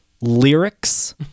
lyrics